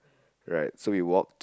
right so we walked